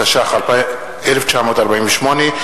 התש"ח 1948,